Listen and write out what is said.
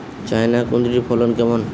China কুঁদরীর ফলন কেমন?